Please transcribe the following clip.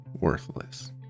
worthless